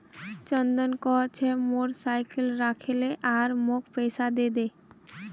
चंदन कह छ मोर साइकिल राखे ले आर मौक पैसा दे दे